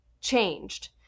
changed